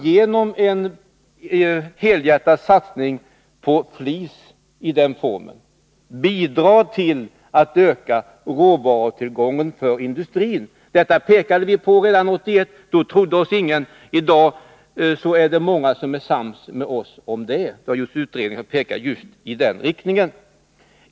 Genom en helhjärtad satsning på flis i denna form bidrar man alltså till att öka råvarutillgången för industrin. Detta pekade vi i centern på redan 1981. Då trodde oss ingen. I dag är det många som är ense med oss om det, och det har gjorts utredningar som pekar i just den riktningen.